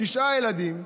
תשעה ילדים,